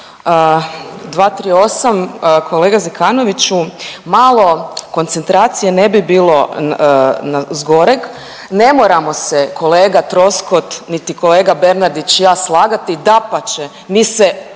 238. Kolega Zekanoviću malo koncentracije ne bi bilo zgoreg. Ne moramo se kolega Troskot niti kolega Bernardić i ja slagati. Dapače, mi se